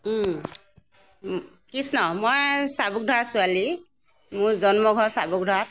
ওম কৃষ্ণ মই চাবুকধৰা ছোৱালী মোৰ জন্ম ঘৰ চাবুকধৰাত